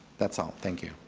that's all, thank you.